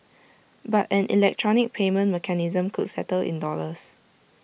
but an electronic payment mechanism could settle in dollars